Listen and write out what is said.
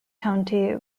county